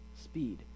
speed